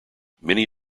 many